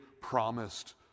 promised